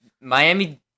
Miami